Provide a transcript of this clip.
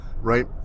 Right